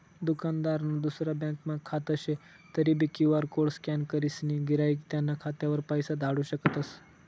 दुकानदारनं दुसरा ब्यांकमा खातं शे तरीबी क्यु.आर कोड स्कॅन करीसन गिराईक त्याना खातावर पैसा धाडू शकतस